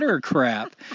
crap